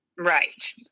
Right